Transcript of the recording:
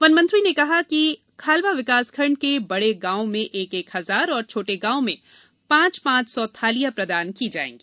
one मंत्री ने कहा कि खालवा विकासखंड के बड़े गाँवों में एक एक हजार औऱ छोटे गाँवों में पांच पांच सौ थालियां प्रदान की जाएगी